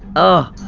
oh,